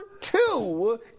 two